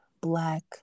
black